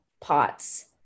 pots